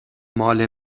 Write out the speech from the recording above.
مال